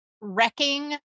wrecking